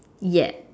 yes